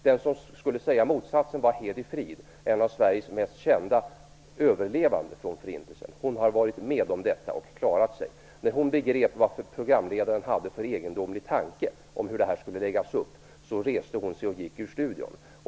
Den som skulle hävda motsatsen var Hedi Fried, en av Sveriges mest kända överlevande från förintelsen. Hon har varit med om detta, och klarat sig. När hon begrep vad programledaren hade för egendomlig tanke om hur det hela skulle läggas upp, reste hon sig och gick ut ur studion.